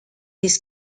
this